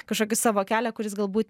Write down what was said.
kažkokį savo kelią kuris galbūt